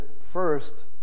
first